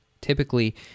typically